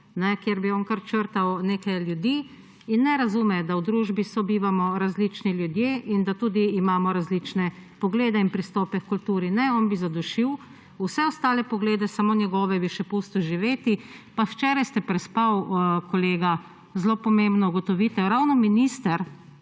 kjer bi on kar črtal neke ljudi, in ne razume, da v družbi sobivamo različni ljudje in da imamo tudi različne poglede in pristope h kulturi. Ne, on bi zadušil vse ostale poglede, samo svoje bi še pustil živeti. Pa včeraj ste prespali, kolega, zelo pomembno ugotovitev, ravno minister,